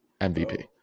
MVP